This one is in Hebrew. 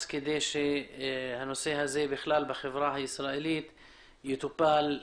כדי שהנושא הזה יטופל גם בחברה הישראלית כראוי.